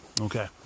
Okay